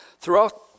Throughout